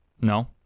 No